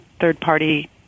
third-party